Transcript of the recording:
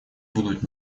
будут